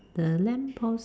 the lamp post